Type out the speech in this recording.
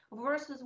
versus